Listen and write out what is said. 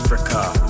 Africa